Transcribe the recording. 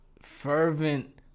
Fervent